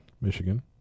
Michigan